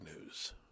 news